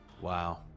wow